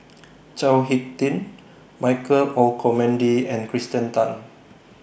Chao Hick Tin Michael Olcomendy and Kirsten Tan